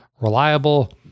reliable